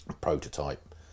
prototype